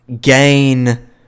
gain